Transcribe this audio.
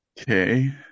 Okay